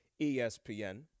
ESPN